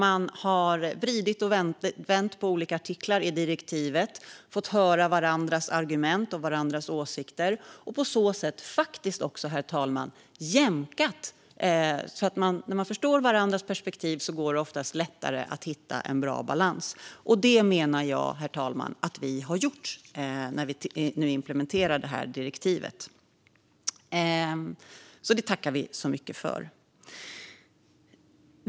Man har vridit och vänt på olika artiklar i direktivet, fått höra varandras argument och varandras åsikter och på så sätt också faktiskt jämkat. När man förstår varandras perspektiv går det oftast lättare att hitta en bra balans. Och det menar jag, herr talman, att vi har gjort nu när vi implementerar detta direktiv. Det tackar vi för.